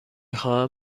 خواهم